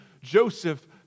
Joseph